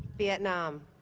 vietnam